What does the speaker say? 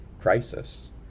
crisis